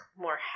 more